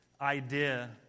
idea